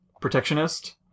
protectionist